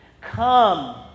come